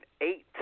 eight